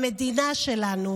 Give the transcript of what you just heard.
למדינה שלנו.